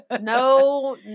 no